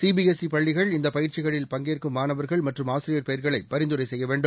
சிபிஎஸ்ஈபள்ளிகள் இந்தப் பயிற்சிகளிர் பங்கேற்கும் மாணவர்கள் மற்றும் ஆசிரியர் பெயர்களைப் பரிந்துரைசெய்யவேண்டும்